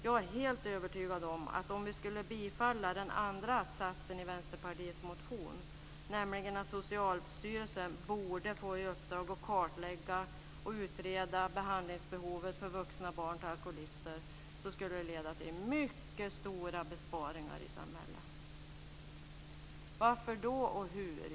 Jag är helt övertygad om att om vi skulle bifalla den andra att-satsen i Vänsterpartiets motion, nämligen att Socialstyrelsen borde få i uppdrag att kartlägga och utreda behandlingsbehovet för vuxna barn till alkoholister skulle det leda till mycket stora besparingar för samhället. Varför och hur?